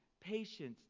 patience